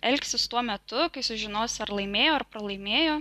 elgsis tuo metu kai sužinos ar laimėjo ar pralaimėjo